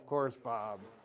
course, bob